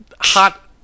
Hot